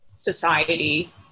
society